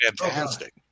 Fantastic